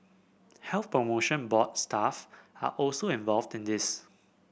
Health Promotion Board staff are also involved in this